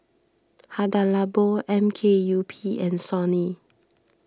Hada Labo M K U P and Sony